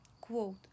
Quote